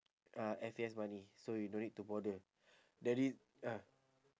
ah F_A_S money so you don't need to bother the rea~ ah